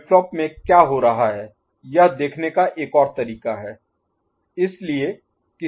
flip flop में क्या हो रहा है यह देखने का एक और तरीका है